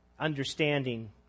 Understanding